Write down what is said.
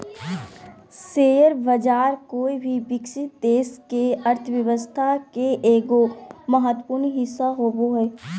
share बाज़ार कोय भी विकसित देश के अर्थ्व्यवस्था के एगो महत्वपूर्ण हिस्सा होबो हइ